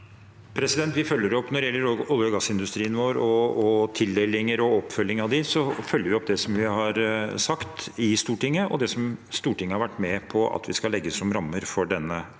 Aasland Når det gjelder olje- og gassindustrien vår og tildelinger og oppfølging der, følger vi opp det som vi har sagt i Stortinget, og det som Stortinget har vært med på at vi skal legge som rammer for denne